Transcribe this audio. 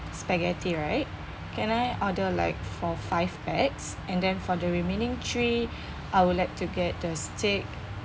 spaghetti right can I order like for five pax and then for the remaining three I would like to get the steak